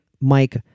Mike